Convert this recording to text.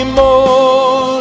more